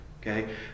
Okay